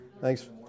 Thanks